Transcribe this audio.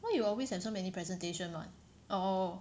why you always have so many presentation [one] or